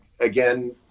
again